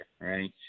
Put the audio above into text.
right